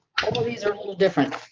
these are a little different.